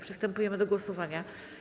Przystępujemy do głosowania.